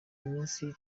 iminsi